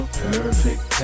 perfect